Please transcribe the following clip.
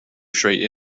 straight